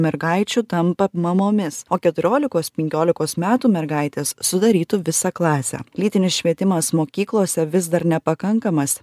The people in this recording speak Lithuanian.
mergaičių tampa mamomis o keturiolikos penkiolikos metų mergaitės sudarytų visą klasę lytinis švietimas mokyklose vis dar nepakankamas